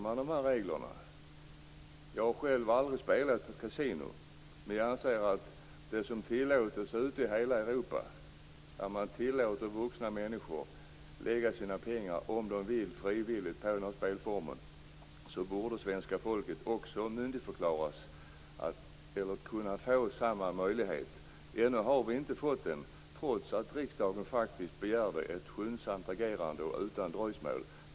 Jag har själv aldrig spelat på ett kasino, men jag anser att när man ute i hela Europa tillåter vuxna människor att om de så vill lägga sina pengar på den här spelformen borde svenska folket också myndigförklaras och ges samma möjlighet. Ännu har vi inte fått den, trots att riksdagen begärde ett skyndsamt agerande utan dröjsmål.